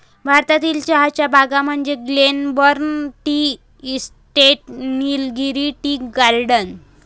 भारतातील चहाच्या बागा म्हणजे Glenburn tea estate, Nilgiri tea garden